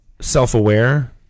self-aware